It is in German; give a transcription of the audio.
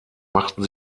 machten